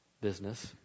business